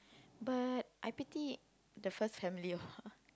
but I pity the first family ah